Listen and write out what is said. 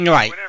Right